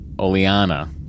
Oleana